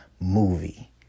movie